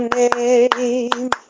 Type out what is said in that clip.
name